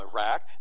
Iraq